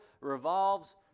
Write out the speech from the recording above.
revolves